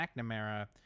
McNamara